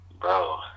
Bro